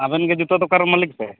ᱟᱵᱮᱱ ᱜᱮ ᱡᱩᱛᱟᱹ ᱫᱚᱠᱟᱱ ᱨᱮᱱ ᱢᱟᱹᱞᱤᱠ ᱥᱮ